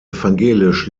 evangelisch